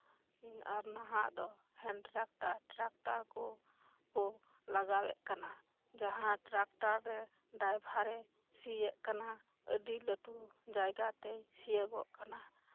ᱟᱨ ᱱᱟᱦᱟᱜ ᱫᱚ ᱦᱮᱱ ᱴᱨᱟᱠᱴᱟᱨ ᱴᱨᱟᱠᱴᱟᱨ ᱠᱚ ᱠᱚ ᱞᱟᱜᱟᱣ ᱮᱫ ᱠᱟᱱᱟ ᱡᱟᱦᱟᱸ ᱴᱨᱟᱠᱴᱟᱨ ᱨᱮ ᱰᱨᱟᱭᱵᱷᱟᱨ ᱮ ᱥᱤ ᱭᱮᱫ ᱠᱟᱱᱟ ᱟᱹᱰᱤ ᱞᱟᱹᱴᱩ ᱡᱟᱭᱜᱟᱛᱮᱭ ᱥᱤᱭᱳᱜᱚᱜ ᱠᱟᱱᱟ